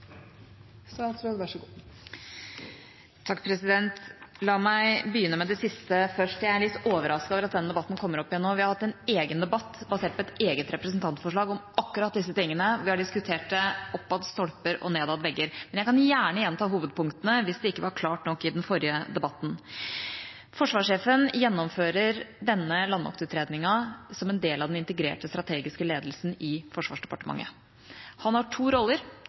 litt overrasket over at denne debatten kommer opp igjen nå. Vi har hatt en egen debatt basert på et eget representantforslag om akkurat disse tingene. Vi har diskutert det oppad stolper og nedad vegger, men jeg kan gjenta hovedpunktene hvis det ikke var klart nok i den forrige debatten. Forsvarssjefen gjennomfører denne landmaktutredningen som en del av den integrerte strategiske ledelsen i Forsvarsdepartementet. Han har to roller: